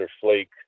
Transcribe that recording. flake